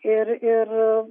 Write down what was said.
ir ir